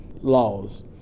Laws